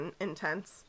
intense